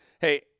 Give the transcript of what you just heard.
hey